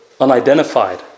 unidentified